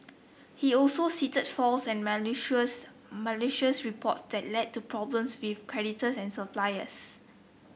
he also cited false and malicious malicious report that led to problems with creditors and suppliers